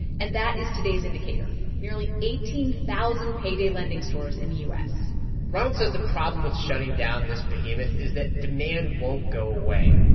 and that is today's indicator nearly eighteen thousand payday lending stores in the u s ronald says the problem with shutting down this behemoth is that demand won't go away.